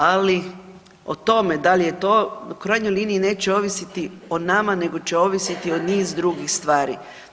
Ali o tome da li je to u krajnjoj liniji neće ovisiti o nama nego će ovisiti o niz drugih stvari.